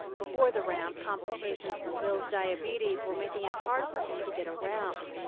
before the ramp, complications from bill's diabetes were making it hard for him to get around.